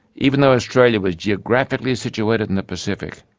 even though australia was geographically situated in the pacific,